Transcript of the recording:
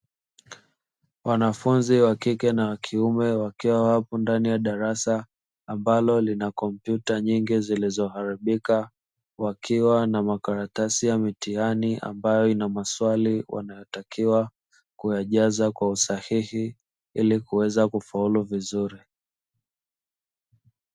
Wanafunzi wa kike na wa kiume wakiwa wapo ndani ya darasa wakiwa ambalo lina kompyuta nyingi zilizoharibika, wakiwa na makaratasi ya mitihani ambayo ina maswali wanayotakiwa kuyajaza kwa usahihi ili kuweza kufaulu vizuri.